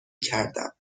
کردم